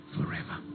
Forever